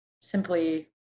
simply